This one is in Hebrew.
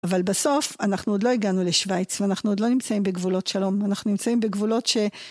אבל בסוף, אנחנו עוד לא הגענו לשווייץ, ואנחנו עוד לא נמצאים בגבולות שלום, אנחנו נמצאים בגבולות ש...